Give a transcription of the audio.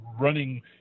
running